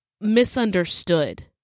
misunderstood